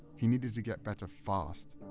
he needed to get better fast.